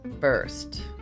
first